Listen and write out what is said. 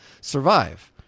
survive